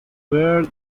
bird